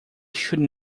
should